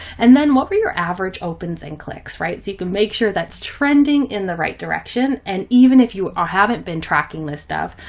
and then what were your average opens and clicks, right? so you can make sure that's trending in the right direction. and even if you ah haven't been tracking this stuff,